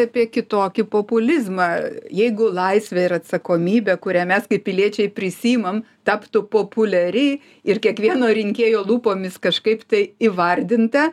apie kitokį populizmą jeigu laisvė ir atsakomybė kurią mes kaip piliečiai prisiimam taptų populiari ir kiekvieno rinkėjo lūpomis kažkaip tai įvardinta